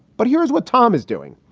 but here's what tom is doing.